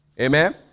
Amen